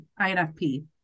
INFP